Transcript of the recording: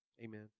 Amen